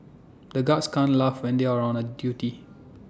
the guards can't laugh when they are on duty